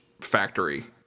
factory